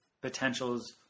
potentials